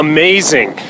Amazing